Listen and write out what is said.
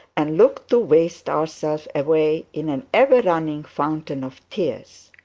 and look to waste ourselves away in an ever-running fountain of tears.